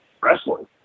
wrestling